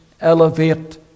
elevate